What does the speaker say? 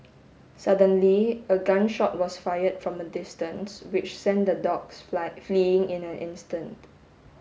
suddenly a gun shot was fired from a distance which sent the dogs fly fleeing in an instant